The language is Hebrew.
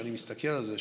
כשאני מסתכל על זה,